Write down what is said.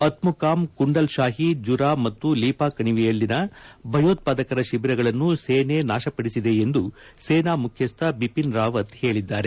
ಅತ್ಯುಕಾಮ್ ಕುಂಡಲ್ ಶಾಹಿ ಜುರಾ ಮತ್ತು ಲೀಪಾ ಕಣಿವೆಯಲ್ಲಿನ ಭಯೋತ್ಪಾದಕರ ಶಿಬಿರಗಳನ್ನು ಸೇನೆ ನಾಶಪಡಿಸಿದೆ ಎಂದು ಸೇನಾ ಮುಖ್ಯಸ್ವ ಬಿಪಿನ್ ರಾವತ್ ಹೇಳಿದ್ದಾರೆ